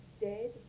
dead